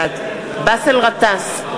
בעד באסל גטאס,